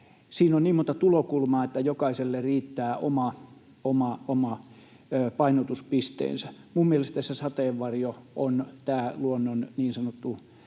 Siinä on niin monta tulokulmaa, että jokaiselle riittää oma painotuspisteensä. Minun mielestäni se sateenvarjo on tämä luonnon niin sanottu